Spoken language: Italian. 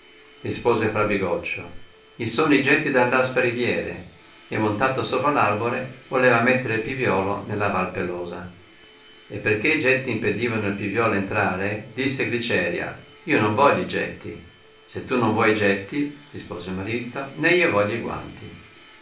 l'avevate rispose fra bigoccio f sono i getti d'andar a spariviere e montato sopra l'arbore voleva mettere il piviolo nella vai pelosa e perchè i getti impedivano il piviolo entrare disse gliceria io non voglio i getti se tu non vuoi i getti rispose il marito né io voglio i guanti